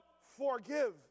forgive